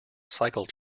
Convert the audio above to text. cycle